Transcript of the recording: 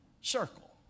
circle